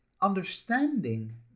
understanding